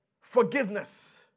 Forgiveness